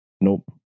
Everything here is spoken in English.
nope